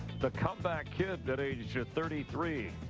the comeback kid, at age thirty three.